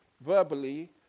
verbally